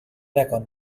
نکن